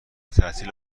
تعطیل